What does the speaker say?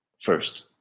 first